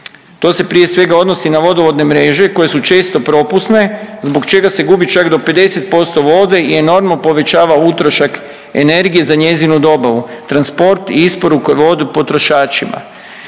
To se prije svega odnosi na vodovodne mreže koje su često propusne zbog čega se gubi čak do 50% vode i enormno povećava utrošak energije za njezinu dobavu, transport i isporuku vode potrošačima